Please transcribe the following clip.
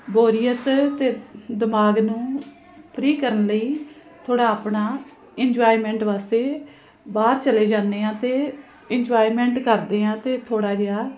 ਬੋਰੀਅਤ ਤ ਦਿਮਾਗ ਨੂੰ ਫਰੀ ਕਰਨ ਲਈ ਥੋੜ੍ਹਾ ਆਪਣਾ ਇੰਜੋਏਮੈਂਟ ਵਾਸਤੇ ਬਾਹਰ ਚੱਲੇ ਜਾਂਦੇ ਹਾਂ ਅਤੇ ਇੰਜੋਏਮੈਂਟ ਕਰਦੇ ਹਾਂ ਅਤੇ ਥੋੜ੍ਹਾ ਜਿਹਾ